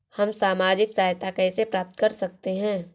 हम सामाजिक सहायता कैसे प्राप्त कर सकते हैं?